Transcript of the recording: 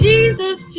Jesus